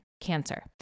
cancer